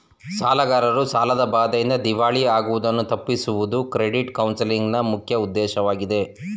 ಸಾಲಗಾರರು ಸಾಲದ ಬಾಧೆಯಿಂದ ದಿವಾಳಿ ಆಗುವುದನ್ನು ತಪ್ಪಿಸುವುದು ಕ್ರೆಡಿಟ್ ಕೌನ್ಸಲಿಂಗ್ ನ ಮುಖ್ಯ ಉದ್ದೇಶವಾಗಿದೆ